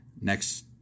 next